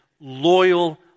loyal